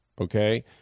okay